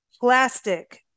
plastic